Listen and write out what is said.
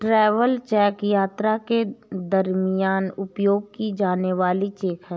travel cheque यात्रा के दरमियान उपयोग की जाने वाली चेक है